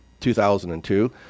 2002